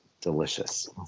Delicious